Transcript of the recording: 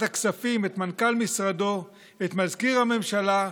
הכספים את מנכ"ל משרדו ואת מזכיר הממשלה,